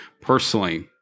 personally